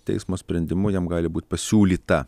teismo sprendimu jam gali būt pasiūlyta